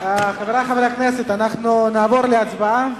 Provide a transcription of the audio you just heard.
אנו נעבור להצבעה,